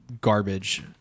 garbage